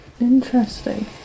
Interesting